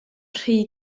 rhy